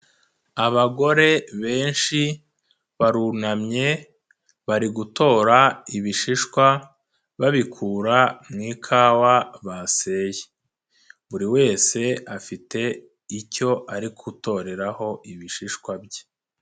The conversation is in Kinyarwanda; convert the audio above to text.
Abagore benshi barunamye bari gutora ibishishwa babikura mu ikawa baseye, buri wese afite icyo ari gutoreraho ibishishwa bye.